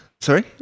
Sorry